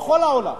בכל העולם.